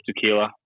tequila